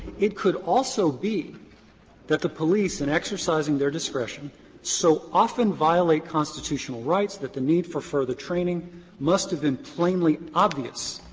it could also be that the police in exercising their discretion so often violate constitutional rights that the need for further training must have been plainly obvious.